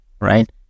Right